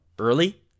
early